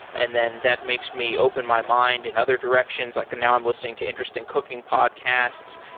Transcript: and then that makes me open my mind in other directions. like now i'm listing to interesting cooking podcasts.